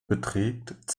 beträgt